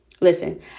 Listen